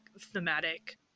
thematic